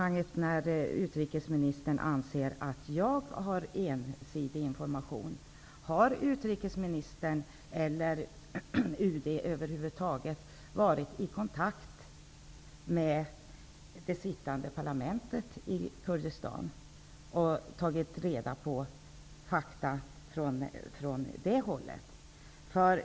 När utrikesministern anser att jag har ensidig information undrar jag om utrikesministern eller UD över huvud taget har varit i kontakt med det sittande parlamentet i Kurdistan, för att ta reda på fakta.